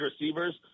receivers